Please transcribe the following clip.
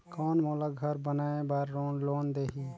कौन मोला घर बनाय बार लोन देही?